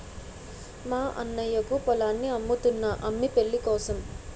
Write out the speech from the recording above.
మా అన్నయ్యకు పొలాన్ని అమ్ముతున్నా అమ్మి పెళ్ళికోసం